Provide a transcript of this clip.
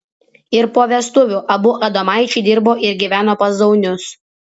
ir po vestuvių abu adomaičiai dirbo ir gyveno pas zaunius